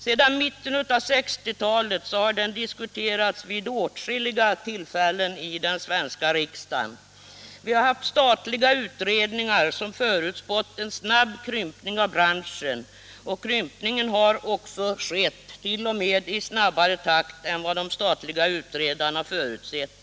Sedan mitten av 1960-talet har den diskuterats vid åtskilliga tillfällen i riksdagen. Vi har haft statliga utredningar som förutspått en snabb krympning av branschen, och krympningen har också skett t.o.m. i snabbare takt än vad de statliga utredarna hade förutsett.